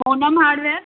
Poonam hardware